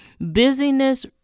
Busyness